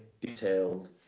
detailed